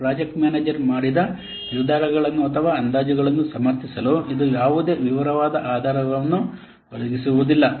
project manager ಮಾಡಿದ ನಿರ್ಧಾರಗಳನ್ನು ಅಥವಾ ಅಂದಾಜುಗಳನ್ನು ಸಮರ್ಥಿಸಲು ಇದು ಯಾವುದೇ ವಿವರವಾದ ಆಧಾರವನ್ನು ಒದಗಿಸುವುದಿಲ್ಲ